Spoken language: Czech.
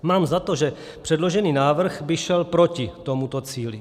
Mám za to, že předložený návrh by šel proti tomuto cíli.